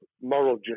moral